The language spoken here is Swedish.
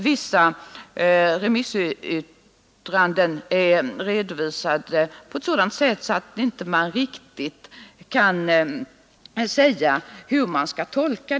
Vissa remissyttranden är vidare redovisade på ett sådant sätt att man inte riktigt vet hur de skall tolkas.